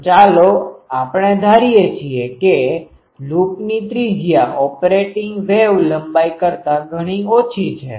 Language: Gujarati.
તો આપણે ધારીએ છીએ કે લૂપની ત્રિજ્યા ઓપરેટીંગ વેવ લંબાઈ કરતા ઘણી ઓછી છે